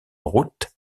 route